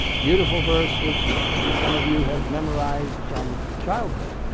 beautiful verse which maybe some of you have memorized from childhood.